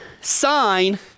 sign